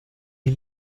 die